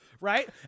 Right